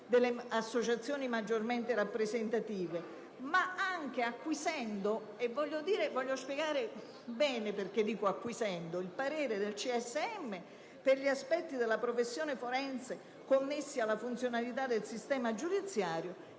delle associazioni maggiormente rappresentative, ma anche acquisendo - voglio spiegare bene perché parlo di acquisizione di pareri - il parere del CSM per gli aspetti della professione forense connessi alla funzionalità del sistema giudiziario